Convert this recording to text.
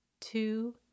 two